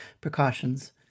precautions